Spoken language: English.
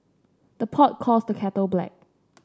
the pot calls the kettle black